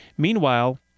Meanwhile